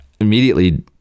immediately